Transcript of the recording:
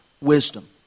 wisdom